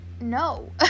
no